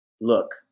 look